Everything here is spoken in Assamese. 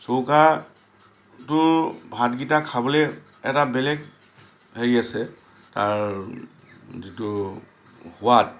চৌকাটোৰ ভাতকেইটা খাবলৈ এটা বেলেগ হেৰি আছে তাৰ যিটো সোৱাদ